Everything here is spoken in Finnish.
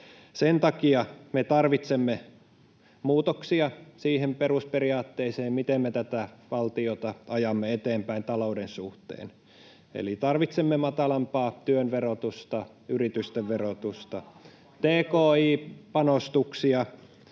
Sen takia me tarvitsemme muutoksia siihen perusperiaatteeseen, miten me valtiota ajamme eteenpäin talouden suhteen. Eli tarvitsemme matalampaa työn verotusta, [Niina Malm: Matalampia